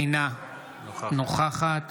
אינה נוכחת